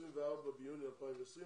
ב-24 ביוני 2020,